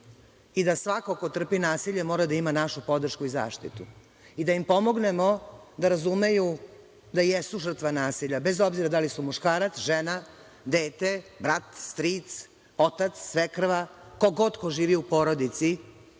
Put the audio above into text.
i da svako ko trpi nasilje mora da ima našu podršku i zaštitu i da im pomognemo da razumeju da jesu žrtva nasilja, bez obzira da li su muškarac, žena, dete, brat, stric, otac, svekrva, ko god ko živi u porodici,